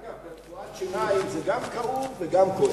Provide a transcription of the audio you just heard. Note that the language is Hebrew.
אגב, ברפואת שיניים זה גם כאוב וגם כואב.